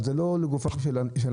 אבל זה לא לגופם של אנשים.